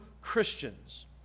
Christians